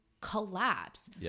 collapse